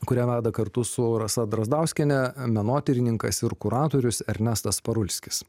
kurią veda kartu su rasa drazdauskiene menotyrininkas ir kuratorius ernestas parulskis